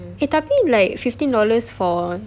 eh tapi like fifteen dollars for